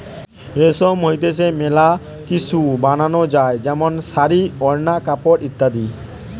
রেশম হইতে মেলা কিসু বানানো যায় যেমন শাড়ী, ওড়না, কাপড় ইত্যাদি